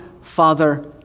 Father